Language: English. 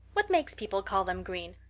what makes people call them green?